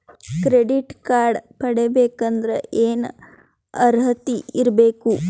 Credit card ಪಡಿಬೇಕಂದರ ಏನ ಅರ್ಹತಿ ಇರಬೇಕು?